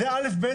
זה א'-ב'